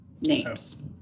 names